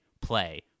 play